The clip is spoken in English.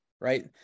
right